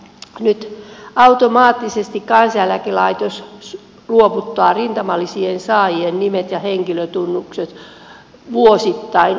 nyt automaattisesti kansaneläkelaitos luovuttaa rintamalisien saajien nimet ja henkilötunnukset vuosittain kunnille